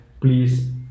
please